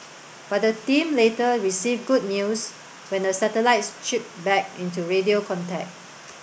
but the team later received good news when the satellites chirped back into radio contact